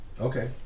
Okay